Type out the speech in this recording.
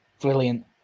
brilliant